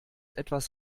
etwas